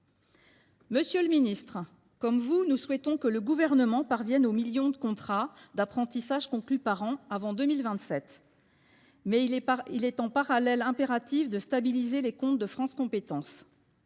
Monsieur le ministre, comme vous, nous souhaitons que le Gouvernement parvienne au million de contrats d’apprentissage conclus par an avant 2027, mais il est impératif, en parallèle, de stabiliser les comptes de France Compétences.